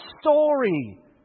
story